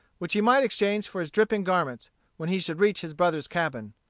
which he might exchange for his dripping garments when he should reach his brother's cabin.